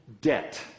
debt